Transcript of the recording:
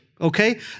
okay